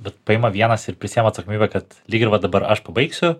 vat paima vienas ir prisiėma atsakomybę kad lyg ir va dabar aš pabaigsiu